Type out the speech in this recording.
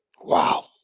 Wow